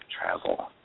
travel